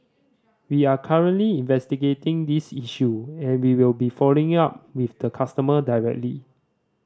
we are currently investigating this issue and we will be following up with the customer directly